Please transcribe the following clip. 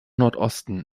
nordosten